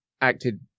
acted